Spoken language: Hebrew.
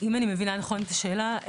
אם אני מבינה נכון את השאלה,